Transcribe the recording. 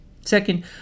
Second